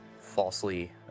falsely